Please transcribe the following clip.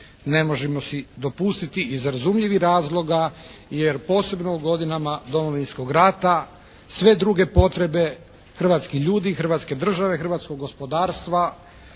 ne možemo si dopustiti iz razumljivih razloga jer posebno u godinama Domovinskog rata sve druge potrebe hrvatskih ljudi, Hrvatske države, hrvatskog gospodarstva